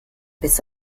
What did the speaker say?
bis